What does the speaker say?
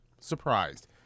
surprised